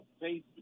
face